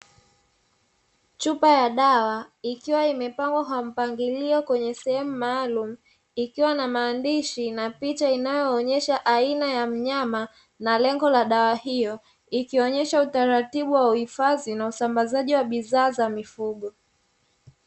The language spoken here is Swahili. Chupa ya dawa ikiwa imepangwa kwa mpangilio kwenye sehemu maalumu, ikiwa na maandishi na picha inayoonyesha aina ya mnyama, na lengo la dawa hiyo, ikionyesha utaratibu wa uhifadhi na usambazaji wa bidhaa za mifugo.